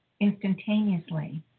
instantaneously